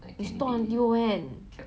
store until when